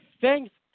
Thanks